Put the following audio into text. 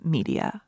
Media